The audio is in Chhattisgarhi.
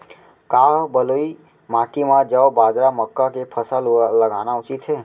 का बलुई माटी म जौ, बाजरा, मक्का के फसल लगाना उचित हे?